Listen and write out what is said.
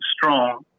strong